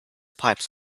pipes